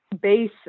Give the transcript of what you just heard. base